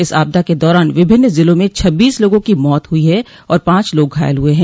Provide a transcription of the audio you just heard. इस आपदा के दौरान विभिन्न जिलों में छब्बीस लोगों की मौत हुई है और पांच लोग घायल हुए हैं